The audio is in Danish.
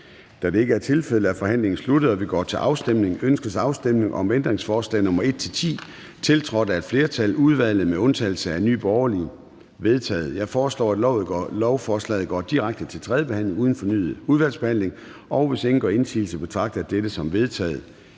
eller imod stemte 0. Ændringsforslaget er forkastet. Ønskes afstemning om ændringsforslag nr. 4-9, tiltrådt af et flertal (udvalget med undtagelse af NB)? De er vedtaget. Jeg foreslår, at lovforslaget går direkte til tredje behandling uden fornyet udvalgsbehandling. Hvis ingen gør indsigelse, betragter jeg dette som vedtaget.